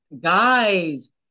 guys